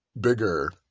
bigger